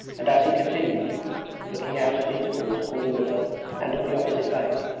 and as he continued looking out at intervals upon the river and at the opposite bank,